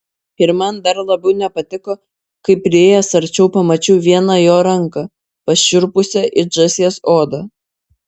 ir man dar labiau nepatiko kai priėjęs arčiau pamačiau vieną jo ranką pašiurpusią it žąsies oda